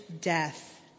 death